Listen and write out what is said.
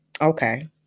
Okay